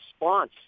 response